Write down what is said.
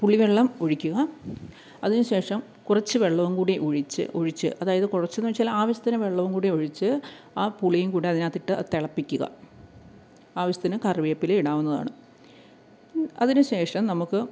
പുളിവെള്ളം ഒഴിക്കുക അതിനുശേഷം കുറച്ച് വെള്ളവും കൂടി ഒഴിച്ച് ഒഴിച്ച് അതായത് കുറച്ചൊന്നു വെച്ചാൽ ആവശ്യത്തിനു വെള്ളം കൂടി ഒഴിച്ച് ആ പുളിയും കൂടതിനകത്തിട്ട് അതു തളപ്പിക്കുക ആവശ്യത്തിനു കറിവേപ്പിലയും ഇടാവുന്നതാണ് അതിനുശേഷം നമുക്ക്